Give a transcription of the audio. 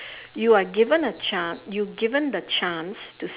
you are given a chance you given the chance to